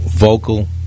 vocal